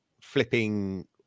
flipping